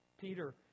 Peter